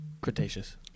Cretaceous